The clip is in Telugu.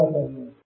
ధన్యవాదాలు